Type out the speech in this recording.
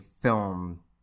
film